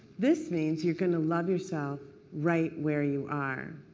this means you are going to love yourself right where you are.